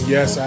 Yes